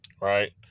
right